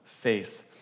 faith